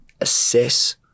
assess